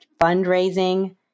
fundraising